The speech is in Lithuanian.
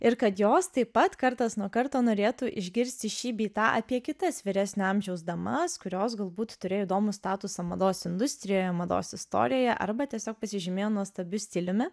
ir kad jos taip pat kartas nuo karto norėtų išgirsti šį bei tą apie kitas vyresnio amžiaus damas kurios galbūt turėjo įdomų statusą mados industrijoje mados istorijoje arba tiesiog pasižymėjo nuostabiu stiliumi